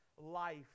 life